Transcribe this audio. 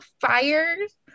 fires